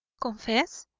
confess?